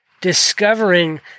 discovering